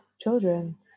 children